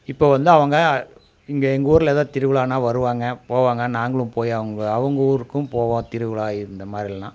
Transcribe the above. இப்போ வந்து அவங்க இங்கே எங்கூரில் எதா திருவிழான்னா வருவாங்க போவாங்க நாங்களும் போய் அவங்க அவங்க ஊருக்கும் போவோம் திருவிழா இந்த மாதிரிலாம்